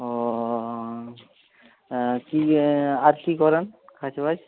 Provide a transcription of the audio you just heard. ও কি আর কি করেন কাজবাজ